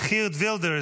Geert Wilders,